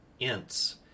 ints